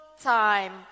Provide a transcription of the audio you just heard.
time